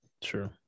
True